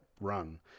run